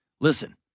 Listen